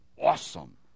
awesome